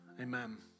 Amen